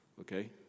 Okay